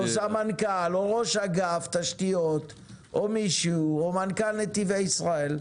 סמנכ"ל או ראש אגף תשתיות או מישהו או מנכ"ל נתיבי ישראל,